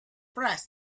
press